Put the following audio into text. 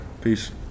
peace